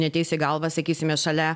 neateis į galvą sakysime šalia